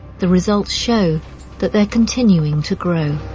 the results show that they're continuing to grow.